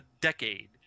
decade